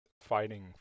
fighting